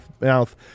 mouth